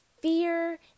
Fear